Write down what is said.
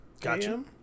Gotcha